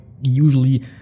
usually